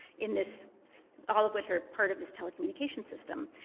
in this all of which are part of this telecommunication system.